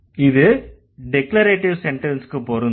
இது டிக்ளரேட்டிவ் செண்டன்ஸ்க்கு பொருந்தும்